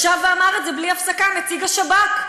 ישב ואמר את זה בלי הפסקה נציג השב"כ.